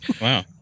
Wow